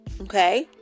okay